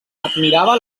admirava